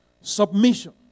submission